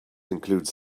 includes